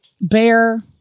Bear